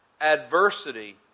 Adversity